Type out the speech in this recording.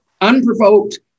unprovoked